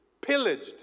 pillaged